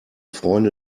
freunde